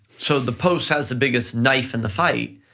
so the post has the biggest knife in the fight,